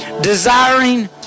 desiring